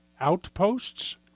outposts